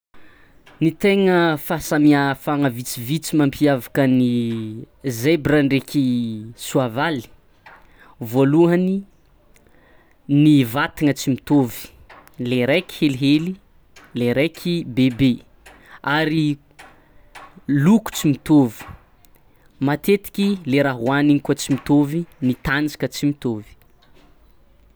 Ny tegna fahasamiha- fagna vitsivitsy mampiavaka ny zaibra ndraiky soavaly: voalohany ny vatagna tsy mitôvy, lairaiky helihely, lairaiky bebe; ary loko tsy mitôvy, matetiky le raha oanigny koa tsy mitôvy, ny tanjaka tsy mitôvy.